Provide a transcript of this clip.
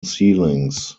ceilings